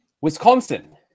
Wisconsin